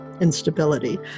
instability